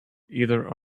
either